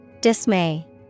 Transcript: Dismay